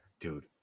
Dude